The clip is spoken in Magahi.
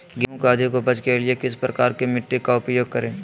गेंहू की अधिक उपज के लिए किस प्रकार की मिट्टी का उपयोग करे?